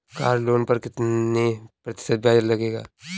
Car loan पर कितने प्रतिशत ब्याज लगेगा?